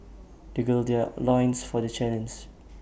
they gird their loins for the challenge